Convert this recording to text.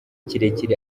kirekire